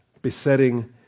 Besetting